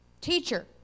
Teacher